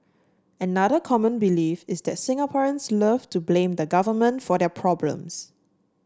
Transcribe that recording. another common belief is that Singaporeans love to blame the Government for their problems